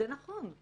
זה נכון.